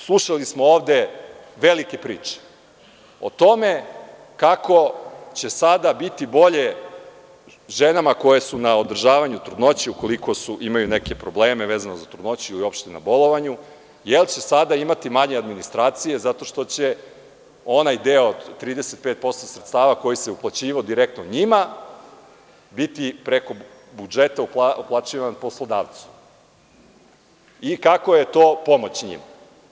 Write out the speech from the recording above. Slušali smo ovde velike priče o tome kako će sada biti bolje ženama koje su na održavanju trudnoće ukoliko imaju neke probleme vezano za trudnoću ili uopšte na bolovanju, jer će sada imati manje administracije, zato što će onaj deo 35% sredstava koji se uplaćivao direktno njima biti preko budžeta uplaćivan poslodavcu i kako je to pomoć njima.